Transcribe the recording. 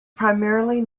primarily